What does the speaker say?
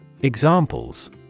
examples